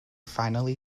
finally